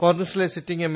കോൺഗ്രസിലെ sitting M